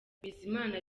bizimana